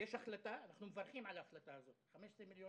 יש החלטה אנחנו מברכים עליה - 15 מיליון